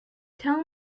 tell